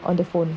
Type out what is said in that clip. on the phone